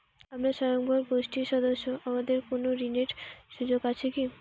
আমরা স্বয়ম্ভর গোষ্ঠীর সদস্য আমাদের কোন ঋণের সুযোগ আছে কি?